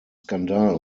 skandal